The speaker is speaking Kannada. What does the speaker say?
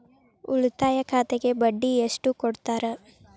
ಉಳಿತಾಯ ಖಾತೆಗೆ ಬಡ್ಡಿ ಎಷ್ಟು ಕೊಡ್ತಾರ?